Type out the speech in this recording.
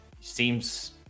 seems